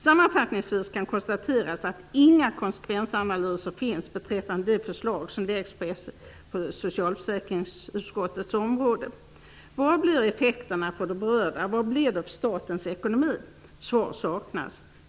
Sammanfattningsvis kan det konstateras att inga konsekvensanalyser finns beträffande de förslag som läggs på socialförsäkringsutskottets område. Vilka blir effekterna för de berörda? Vilka blir effekterna för statens ekonomi? Svar saknas.